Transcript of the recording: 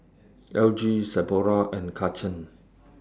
L G Sephora and Karcher